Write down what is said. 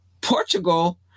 Portugal